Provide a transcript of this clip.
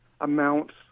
amounts